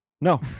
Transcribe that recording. No